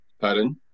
Pardon